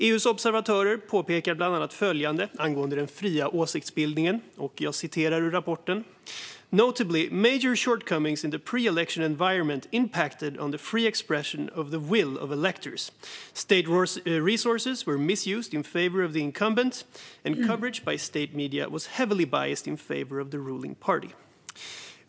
EU:s observatörer påpekar bland annat följande i rapporten angående den fria åsiktsbildningen: "Notably, major shortcomings in the pre-election environment impacted on the free expression of the will of electors, state resources were misused in favour of the incumbent and coverage by state media was heavily biased in favour of the ruling party."